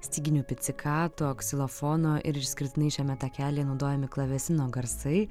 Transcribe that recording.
styginių pizzicato ksilofono ir išskirtinai šiame takelyje naudojami klavesino garsai